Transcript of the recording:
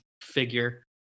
figure